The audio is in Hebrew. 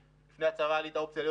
לפני הצבא הייתה לי את האופציה להיות